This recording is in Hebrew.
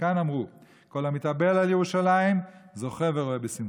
מכאן אמרו: "כל המתאבל על ירושלים זוכה ורואה בשמחתה".